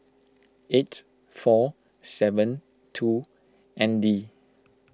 eight four seven two N D